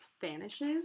vanishes